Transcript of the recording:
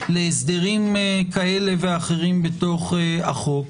להסדרים כאלה ואחרים בתוך החוק,